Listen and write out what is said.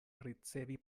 ricevi